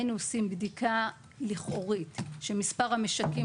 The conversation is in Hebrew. היינו עושים בדיקה לכאורית של מספר המשקים,